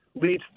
leads